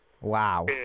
Wow